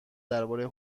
درباره